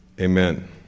Amen